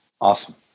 Awesome